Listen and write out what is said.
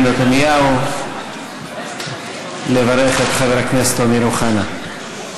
נתניהו לברך את חבר הכנסת אמיר אוחנה.